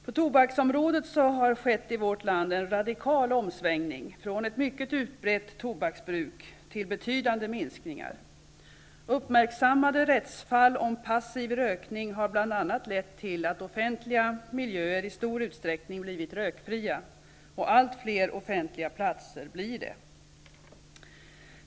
På tobaksområdet har det skett en radikal omsvängning i vårt land från ett mycket utbrett tobaksbruk till betydande minskningar. Uppmärksammade rättsfall om passiv rökning har bl.a. lett till att offentliga miljöer i stor utsträckning blivit rökfria -- och allt fler offentliga platser blir det.